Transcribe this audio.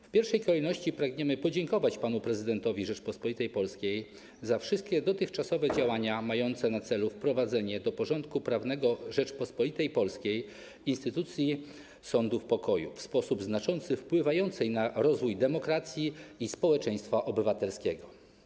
W pierwszej kolejności pragniemy podziękować panu prezydentowi Rzeczypospolitej Polskiej za wszystkie dotychczasowe działania mające na celu wprowadzenie do porządku prawnego Rzeczypospolitej Polskiej instytucji sądów pokoju, w sposób znaczący wpływającej na rozwój demokracji i społeczeństwa obywatelskiego.